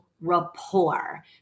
rapport